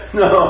no